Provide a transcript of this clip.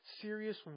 serious